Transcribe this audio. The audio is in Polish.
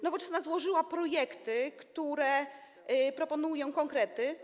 Nowoczesna złożyła projekty, które proponują konkrety.